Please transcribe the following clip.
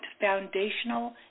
foundational